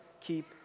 keep